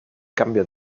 cambio